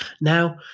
Now